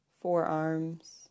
forearms